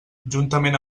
juntament